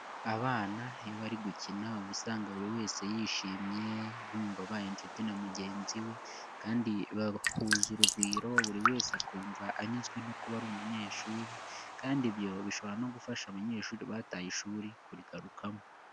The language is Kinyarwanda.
Abana iyo bari gukina uba usanga buri wese yishimye, yumva abaye inshuti na mugenzi we kandi bahuza urugwiro, buri wese akumva anyuzwe no kuba ari umunyeshuri kandi ibyo bishobora no gufasha abanyeshuri bataye ishuri kurigarukamo.